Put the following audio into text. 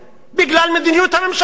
בגלל מדיניות הממשלה.